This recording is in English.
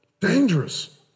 dangerous